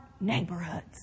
neighborhoods